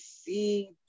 see